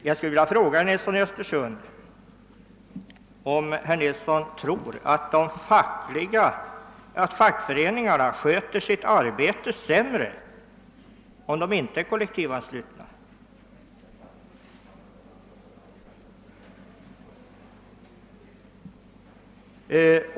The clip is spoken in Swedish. Jag skulle vilja fråga herr Nilsson i Östersund, om han tror att fackföreningarna sköter sitt arbete sämre om medlemmarna inte är kollektivanslutna.